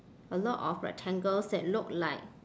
a lot of rectangles that look like